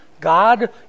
God